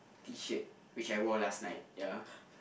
T shirt which I wore last night ya